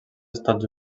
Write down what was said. estats